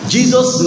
Jesus